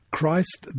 Christ